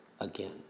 again